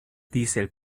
dice